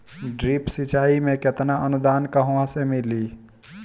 Drip सिंचाई मे केतना अनुदान कहवा से मिली?